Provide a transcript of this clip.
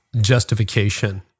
justification